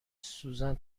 سوزن